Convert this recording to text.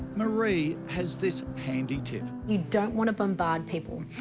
marie has this handy tip. you don't want to bombard people.